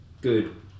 good